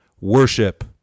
worship